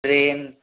train